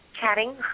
chatting